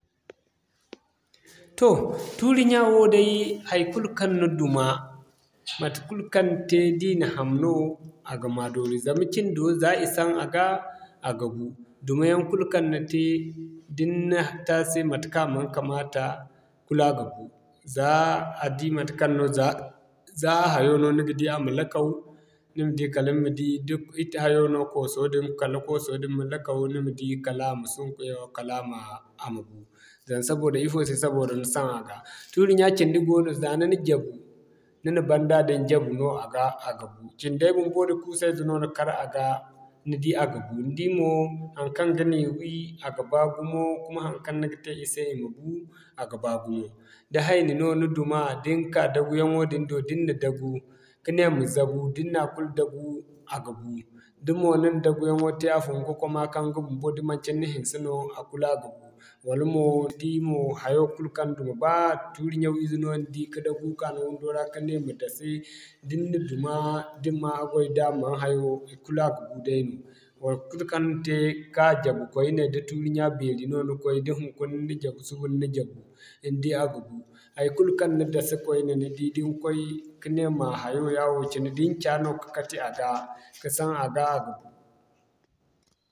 Toh tuuri ɲya woo day haikulu kaŋ ni duma, matekul kaŋ ni te da i na ham no a ga ma doori zama cindo za i san a ga, a ga bu. Duma yaŋ kulu kaŋ ni te, da ni na te a se matekaŋ man kamata kula ga bu. Zaa a di matekaŋ no zaa a hayo no ni ga di a ma lakaw, ni ma di kala ni ma di da hayo no kooso din kala kooso din ma lakaw, ni ma di kala a ma suugu yawo ni ma di kala a ma bu. Doŋ sabida ifo se sabida ni san a ga. Tuuri ɲya cindi goono za ni na jabu, ni na banda din jabu no a ga bu. Cinday bumbo da kuusa ize no ni kar a ga ni di a ga bu. Ni di mo haŋkaŋ ga ni wi, a ga baa gumo kuma haŋkaŋ ni ga te i se i ma bu a ga baa gumo. Da haini no ni duma, da ni ka dagu yaŋo din do, da ni na dagu ka ne ma zabu da ni na kulu dagu, a ga bu. Da mo ni na dagu yaŋo te a funu ka kwama kaŋ ɲga bumbo da manci ni na hinse no, a kulu a ga bu. Wala mo, di mo hayo kulu kaŋ duma baa tuuri ɲyaŋize no ni du ka dagu ka naŋgo ra ka ne ma dase, da ni na duma da ni man hagway da a man hayo kulu a ga bu dayno. Matekaŋ ni te ka jabu koyne da tuuri ɲya beeri no ni koy da hunkuna ni na jabu suba ni na jabu ni di a ga bu. Haikulu kaŋ ni dase da koyne ni di da ni koy ne ma hayo yaawo cine da ni ca du ka kati a ga ka san a ga, a ga bu.